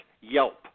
Yelp